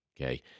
Okay